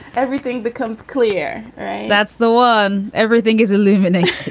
everything becomes clear. that's the one everything is illuminated